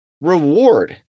reward